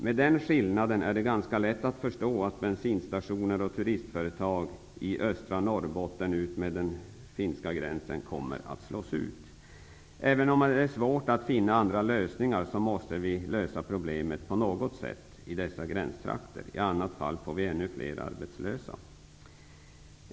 Med den skillnaden är det ganska lätt att förstå att bensinstationer och turistföretag utmed finska gränsen i östra Norrbotten kommer att slås ut. Även om det är svårt att finna andra lösningar, måste vi på något sätt lösa problemet i dessa gränstrakter -- i annat fall blir det ännu fler arbetslösa.